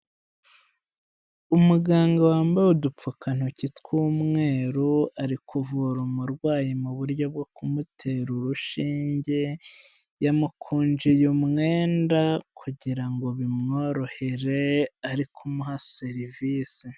Umuganga wambaye udupfukantoki tw'umweru, ari kuvura umurwayi mu buryo bwo kumutera urushinge, yamukunjiye umwenda kugira ngo bimworohere, ari kumuha serivisi.